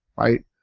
right?